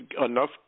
enough